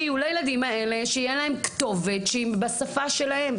שיהיה לילדים האלה כתובת בשפה שלהם.